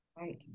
Right